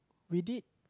we did